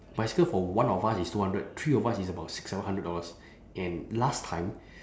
bicycle for one of us is two hundred three of us is about six seven hundred dollars and last time